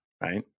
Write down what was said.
right